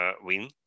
win